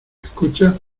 escuchas